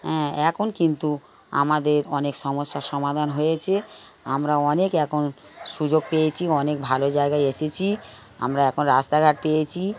হ্যাঁ এখন কিন্তু আমাদের অনেক সমস্যার সমাধান হয়েছে আমরা অনেক এখন সুযোগ পেয়েছি অনেক ভালো জায়গায় এসেছি আমরা এখন রাস্তাঘাট পেয়েছি